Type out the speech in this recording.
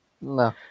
No